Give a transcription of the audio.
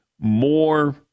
more